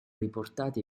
riportati